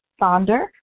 Sonder